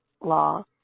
law